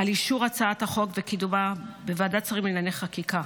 על אישור הצעת החוק וקידומה בוועדת שרים לענייני חקיקה.